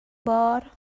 بار